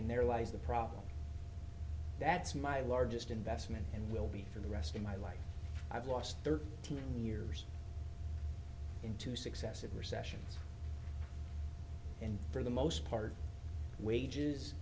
in there lies the problem that's my largest investment and will be for the rest of my life i've lost thirty thousand years in two successive recessions and for the most part wages